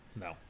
No